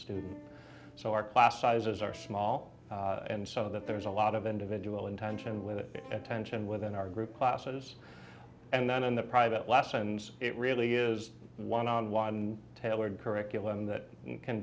student so our class sizes are small and so that there's a lot of individual intention with attention within our group classes and then in the private lessons it really is one on one tailored curriculum that